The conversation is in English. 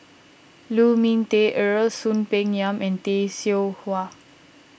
Lu Ming Teh Earl Soon Peng Yam and Tay Seow Huah